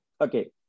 Okay